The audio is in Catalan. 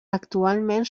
actualment